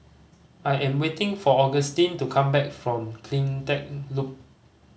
I am waiting for Augustin to come back from Cleantech Loop